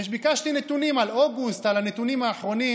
וביקשתי נתונים על אוגוסט, הנתונים האחרונים.